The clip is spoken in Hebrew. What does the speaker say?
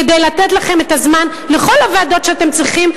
כדי לתת לכם את הזמן לכל הוועדות שאתם צריכים,